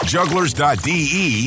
Jugglers.de